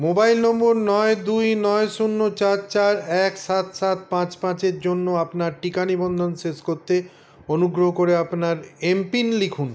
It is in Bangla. মোবাইল নম্বর নয় দুই নয় শুন্য চার চার এক সাত সাত পাঁচ পাঁচ এর জন্য আপনার টিকা নিবন্ধন শেষ করতে অনুগ্রহ করে আপনার এমপিন লিখুন